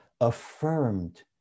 affirmed